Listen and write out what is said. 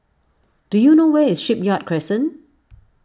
do you know where is Shipyard Crescent